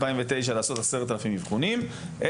אלא לעשות X% מתוך ה-10,000.